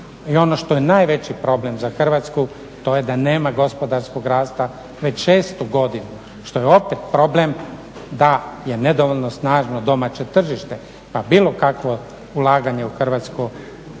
I ono što je najveći problem za Hrvatsku to je da nema gospodarskog rasta već 6 godinu što je opet problem da je nedovoljno snažno domaće tržište pa bilo kakvo ulaganje u Hrvatsku